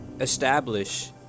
establish